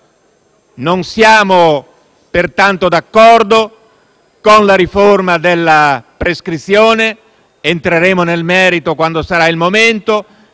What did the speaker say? Non siamo pertanto d'accordo con la riforma della prescrizione; entreremo nel merito quando sarà il momento,